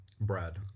Bread